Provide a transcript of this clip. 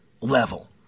level